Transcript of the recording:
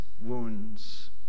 wounds